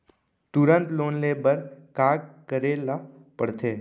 तुरंत लोन ले बर का करे ला पढ़थे?